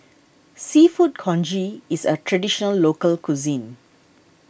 Seafood Congee is a Traditional Local Cuisine